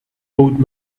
old